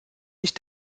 sich